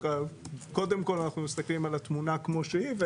קודם כל אנחנו מסתכלים על התמונה כמו שהיא.